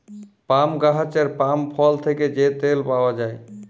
পাম গাহাচের পাম ফল থ্যাকে যে তেল পাউয়া যায়